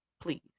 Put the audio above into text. Please